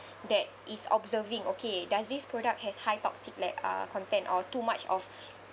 that is observing okay does this product has high toxic le~ uh content or too much of